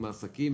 עם העסקים,